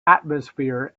atmosphere